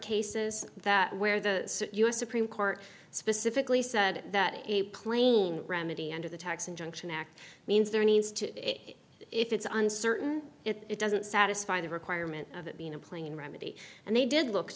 cases that where the u s supreme court specifically said that a plane remedy under the tax injunction act means there needs to it if it's uncertain it doesn't satisfy the requirement of it being a plain remedy and they did look